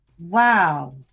wow